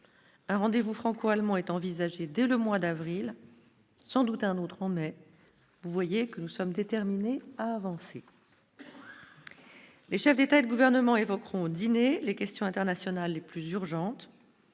Un rendez-vous franco-allemand est envisagé dès le mois d'avril, sans doute un autre en mai, vous voyez que nous sommes déterminés à avancer. Les chefs d'État et de gouvernement évoqueront dîner les questions internationales les plus urgentes,